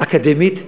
אקדמית לחרדים?